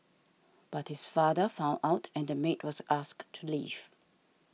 but his father found out and the maid was asked to leave